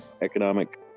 economic